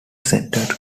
centered